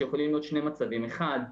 שיכולים להיות שני מצבים: אחד,